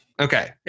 Okay